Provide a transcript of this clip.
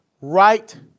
right